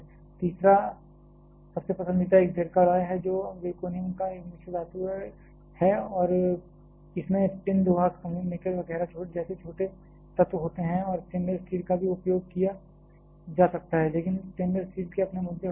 तीसरा सबसे पसंदीदा एक ज़िरकॉलॉय है जो ज़िरकोनियम का एक मिश्र धातु है और इसमें टिन लोहा क्रोमियम निकल वगैरह जैसे छोटे तत्व होते हैं और स्टेनलेस स्टील का भी उपयोग किया जा सकता है लेकिन स्टेनलेस स्टील के अपने मुद्दे हो सकते हैं